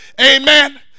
Amen